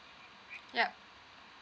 yup